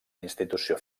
institució